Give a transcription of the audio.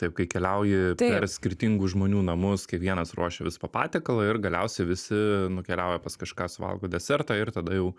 taip kai keliauji per skirtingų žmonių namus kai vienas ruošia vis po patiekalą ir galiausiai visi nukeliauja pas kažką suvalgo desertą ir tada jau